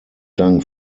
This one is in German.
dank